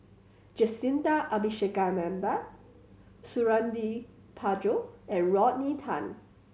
Jacintha Abisheganaden Suradi Parjo and Rodney Tan